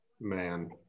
Man